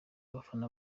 abafana